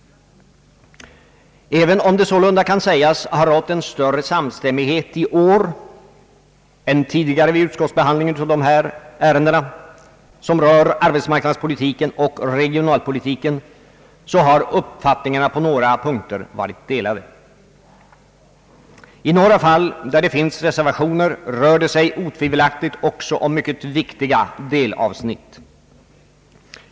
Även om det sålunda kan sägas ha rått en större samstämmighet i år än tidigare vid utskottsbehandlingen av de ärenden som rör arbetsmarknadspolitiken och regionalpolitiken har uppfattningarna på några punkter varit delade. I några fall där det finns reservationer rör det sig otvivelaktigt också om mycket viktiga delavsnitt.